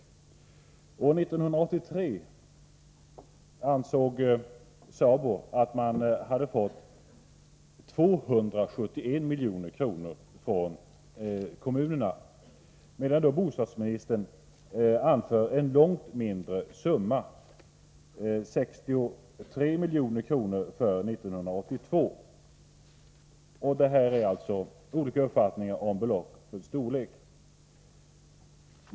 År 1983 ansåg SABO att man hade fått 271 milj.kr. från kommunerna, medan bostadsministern anför en långt mindre summa — 63 milj.kr. för 1982.